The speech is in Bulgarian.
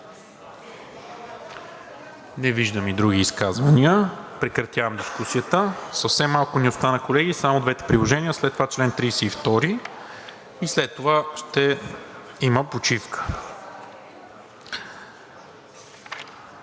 Не виждам. Прекратявам дискусията. Съвсем малко ни остана, колеги, само двете приложения, след това чл. 32 и след това ще има почивка.